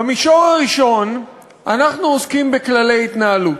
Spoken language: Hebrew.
במישור הראשון אנחנו עוסקים בכללי התנהלות.